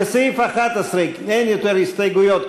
לסעיף 11 אין עוד הסתייגויות.